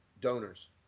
donors